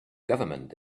government